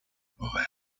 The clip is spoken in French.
bohême